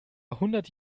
hundert